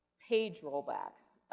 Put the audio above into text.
page roll backs.